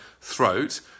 throat